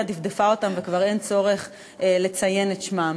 דפדפה אותם וכבר אין צורך לציין את שמם.